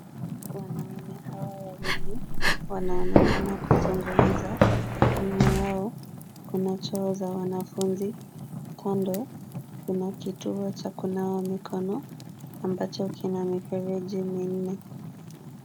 Wanaume hawa wawili wanaonekana kuzungumza. Nyuma yao kuna choo za wanafunzi. Kando kuna kituo cha kunawa mikono ambacho kina mifereji minne.